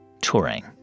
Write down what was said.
touring